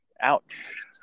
Ouch